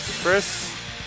Chris